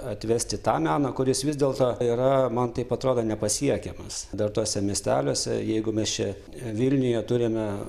atvesti tą meną kuris vis dėlto yra man taip atrodo nepasiekiamas dar tuose miesteliuose jeigu mes čia vilniuje turime